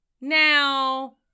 Now